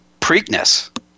Preakness